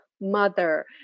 mother